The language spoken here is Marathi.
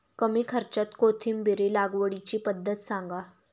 कमी खर्च्यात कोथिंबिर लागवडीची पद्धत सांगा